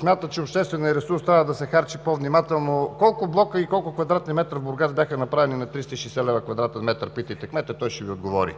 смятат, че общественият ресурс трябва да се харчи по-внимателно: колко блока и колко квадратни метра в Бургас бяха направени на 360 лв. квадратният метър? Питайте кмета, той ще Ви отговори!